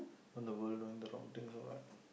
run the world knowing the wrong things or what